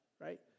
right